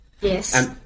Yes